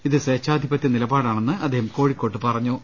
ഇത് സേച്ഛാധിപത്യനിലപാടാണെന്ന് അദ്ദേഹം കോഴിക്കോട്ട് പറഞ്ഞു